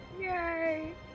Yay